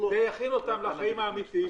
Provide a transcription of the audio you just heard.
ויכין אותם לחיים האמיתיים.